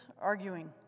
arguing